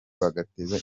bagateza